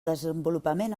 desenvolupament